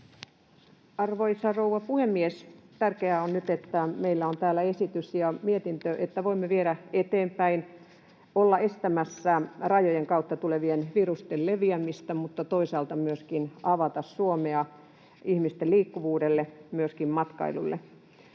Arvoisa rouva puhemies! Tärkeää on nyt, että meillä on täällä esitys ja mietintö, joita voimme viedä eteenpäin ja olla estämässä rajojen kautta tulevien virusten leviämistä mutta toisaalta myöskin avata Suomea ihmisten liikkuvuudelle, myöskin matkailulle.